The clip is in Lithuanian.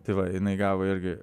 tai va jinai gavo irgi